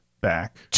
back